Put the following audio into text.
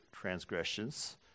transgressions